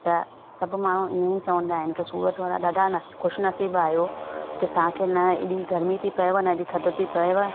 त सभु माण्हू ईअं चवंदा आहिनि की सूरत वारा ॾाढा ख़ुशि नसीबु आहियो की तव्हांखे न एॾी गर्मी थी पए न थधि थी पए